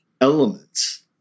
elements